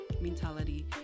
mentality